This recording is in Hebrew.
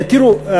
תראו,